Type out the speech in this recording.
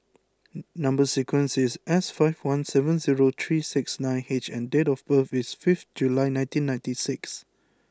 number sequence is S five one seven zero three six nine H and date of birth is fifth July nineteen ninety six